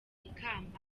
ikamba